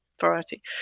variety